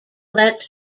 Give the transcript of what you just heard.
lets